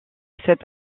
cette